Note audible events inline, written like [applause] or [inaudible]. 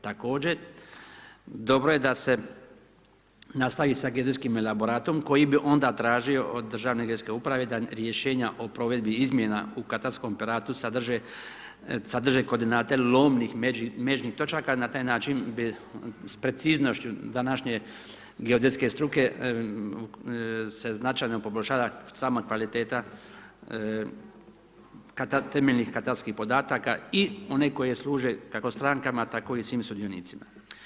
Također, dobro je da se nastavi sa geodetskim elaboratom koji bi onda tražio od državne geodetske uprave da rješenja o provedbi izmjena u katarskom ... [unintelligible] sadrže koordinate lomnih međnih točka i na taj način bi s preciznošću današnje geodetske struke se značajno poboljšala sama kvaliteta temeljnih katastarskih podataka i one koje služe kako strankama tako i svim sudionicima.